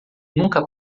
nunca